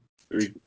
Three